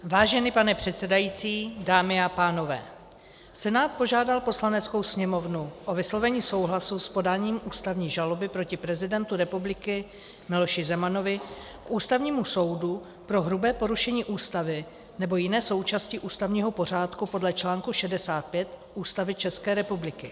Vážený pane předsedající, dámy a pánové, Senát požádal Poslaneckou sněmovnu o vyslovení souhlasu s podáním ústavní žaloby proti prezidentu republiky Miloši Zemanovi k Ústavnímu soudu pro hrubé porušení Ústavy nebo jiné součásti ústavního pořádku podle článku 65 Ústavy České republiky.